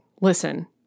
Listen